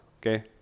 okay